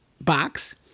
box